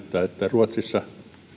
ruotsissa